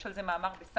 יש על זה מאמר ב"סיינס",